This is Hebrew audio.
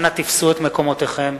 אנא תפסו את מקומותיכם.